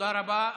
תודה רבה.